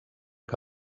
que